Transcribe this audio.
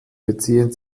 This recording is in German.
beziehen